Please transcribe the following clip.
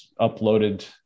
uploaded